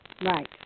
Right